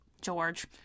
George